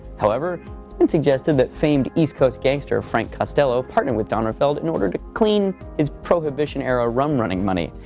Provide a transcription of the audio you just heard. however, it's been suggested that famed east coast gangster frank costello partnered with donenfeld in order to clean his prohibition-era rum running money.